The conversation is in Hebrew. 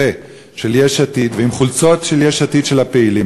של יש עתיד, ועם חולצות של יש עתיד של הפעילים.